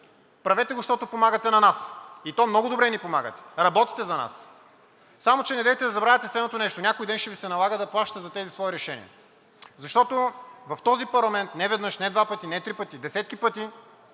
правете го, защото помагате на нас, и то много добре ни помагате – работите за нас. Само че, недейте да забравяте следното нещо: някой ден ще Ви се налага да плащате за тези свои решения. Защото в този парламент не веднъж, не два пъти, не три пъти, десетки пъти